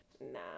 nah